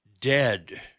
Dead